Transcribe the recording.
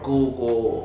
Google